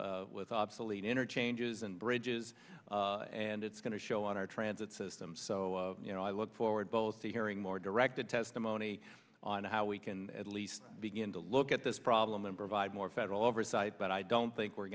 with with obsolete interchanges and bridges and it's going to show on our transit system so you know i look forward both to hearing more directed testimony on how we can at least begin to look at this problem and provide more federal oversight but i don't think we're